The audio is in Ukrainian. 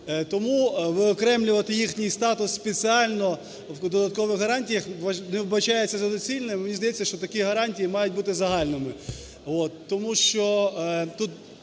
Тому виокремлювати їхній статус спеціально в додаткових гарантіях не вбачається за доцільним. Мені здається, що такі гарантії мають бути загальними.